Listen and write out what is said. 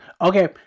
Okay